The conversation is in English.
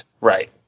Right